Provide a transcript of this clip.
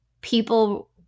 people